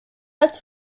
als